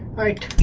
right